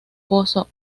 pozo